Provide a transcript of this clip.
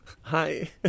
hi